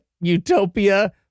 utopia